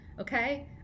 okay